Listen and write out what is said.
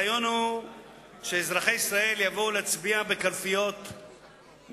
הרעיון הוא שאזרחי ישראל יבואו להצביע בקלפיות ממוחשבות,